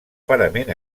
parament